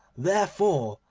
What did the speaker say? therefore,